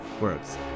works